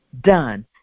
done